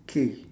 K